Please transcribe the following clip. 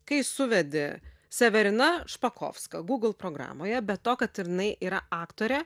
kai suvedi severina špakovska google programoje be to kad jinai yra aktorė